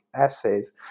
essays